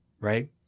Right